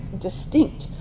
distinct